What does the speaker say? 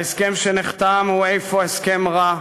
ההסכם שנחתם הוא אפוא הסכם רע,